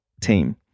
team